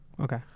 okay